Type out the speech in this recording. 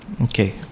Okay